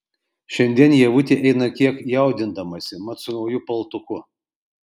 šiandien ievutė eina kiek jaudindamasi mat su nauju paltuku